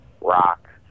rock